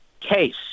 case